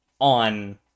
on